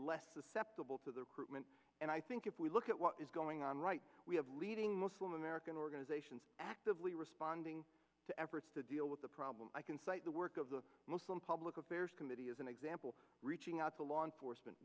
less susceptible to the recruitment and i think if we look at what is going on right we have leading muslim american organizations actively responding to efforts to deal with the problem i can cite the work of the muslim public affairs committee as an example reaching out to law enforcement